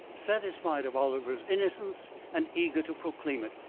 satisfied of oliver's innocence and eager to proclaim it.